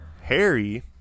Harry